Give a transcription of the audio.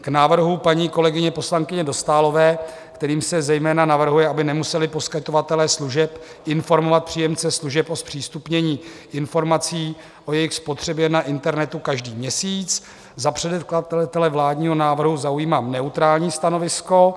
K návrhu paní kolegyně poslankyně Dostálové, kterým se zejména navrhuje, aby nemuseli poskytovatelé služeb informovat příjemce služeb o zpřístupnění informací o jejich spotřebě na internetu každý měsíc, za předkladatele vládního návrhu zaujímám neutrální stanovisko.